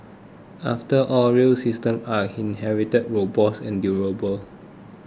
after all rail systems are inherently robust and durable